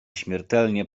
śmiertelnie